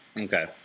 Okay